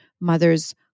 mothers